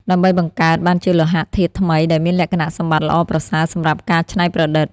ដើម្បីបង្កើតបានជាលោហៈធាតុថ្មីដែលមានលក្ខណៈសម្បត្តិល្អប្រសើរសម្រាប់ការច្នៃប្រឌិត។